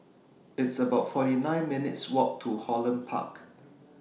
It's about forty nine minutes' Walk to Holland Park